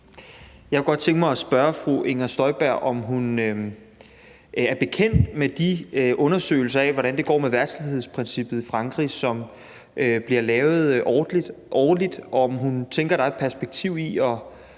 Jeg kunne godt tænke mig at spørge fru Inger Støjberg, om hun er bekendt med de undersøgelser af, hvordan det går med verdslighedsprincippet i Frankrig, som bliver lavet årligt, og om hun tænker, at der er et perspektiv i at